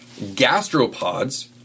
Gastropods